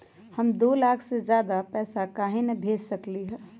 हम दो लाख से ज्यादा पैसा काहे न भेज सकली ह?